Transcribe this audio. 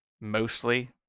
mostly